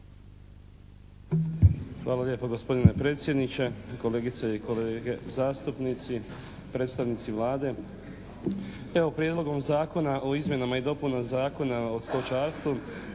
Hvala lijepa gospodine predsjedniče, kolegice i kolege zastupnici, predstavnici Vlade. Evo Prijedlogom Zakona o izmjenama i dopunama Zakona o stočarstvu